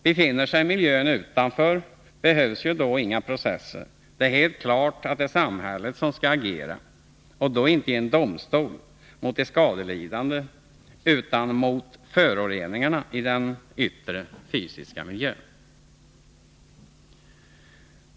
Befinner sig miljön utanför behövs ju inga processer; det är då helt klart att det är samhället som skall agera — och inte i en domstol, mot de skadelidande, utan mot föroreningarna i den yttre fysiska miljön.